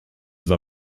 war